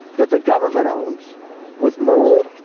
that the government owns with mold.